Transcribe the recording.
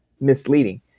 misleading